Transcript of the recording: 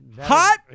Hot